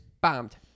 bombed